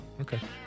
Okay